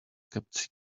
kept